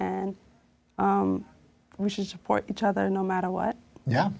and we should support each other no matter what yeah